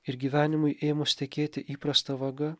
ir gyvenimui ėmus tekėti įprasta vaga